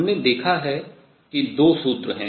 हमने देखा है कि 2 सूत्र हैं